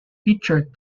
featured